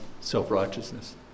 self-righteousness